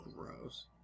Gross